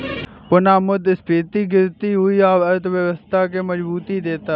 पुनःमुद्रस्फीति गिरती हुई अर्थव्यवस्था के मजबूती देता है